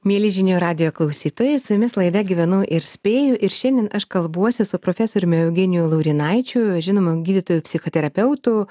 mieli žinių radijo klausytojai su jumis laida gyvenu ir spėju ir šiandien aš kalbuosi su profesoriumi eugeniju laurinaičiu žinomu gydytoju psichoterapeutu